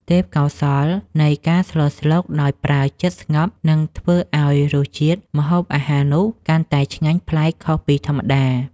ទេពកោសល្យនៃការស្លស្លុកដោយប្រើចិត្តស្ងប់នឹងធ្វើឱ្យរសជាតិម្ហូបអាហារនោះកាន់តែឆ្ងាញ់ប្លែកខុសពីធម្មតា។